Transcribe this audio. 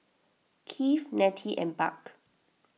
Keith Nettie and Buck